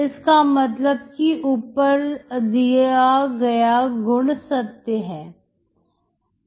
इसका मतलब कि ऊपर दिया गया गुण सत्य है